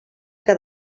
que